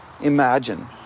imagine